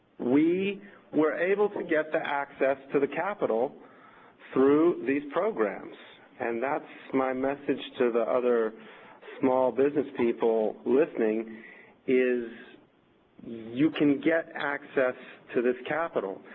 we were able to get the access to the capital through these programs, and that's my message to the other small business people listening is you can get access to this capital.